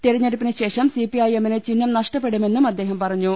തിര ഞ്ഞെടുപ്പിന് ശേഷം സിപിഐഎമ്മിന് ചിഹ്നം നഷ്ടപ്പെടുമെന്നും അദ്ദേഹം പറഞ്ഞു